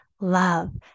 love